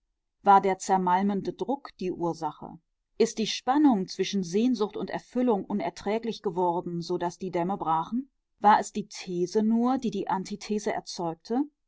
war der zermalmende druck die ursache ist die spannung zwischen sehnsucht und erfüllung unerträglich geworden so daß die dämme brachen war es die these nur die die antithese erzeugte